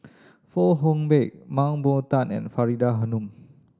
Fong Hoe Beng Mah Bow Tan and Faridah Hanum